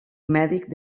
mèdic